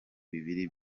bibiri